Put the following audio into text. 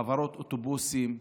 חברות אוטובוסים,